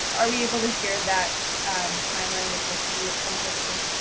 are we able to share that timeline with the city at some point soon?